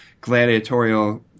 gladiatorial